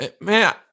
Man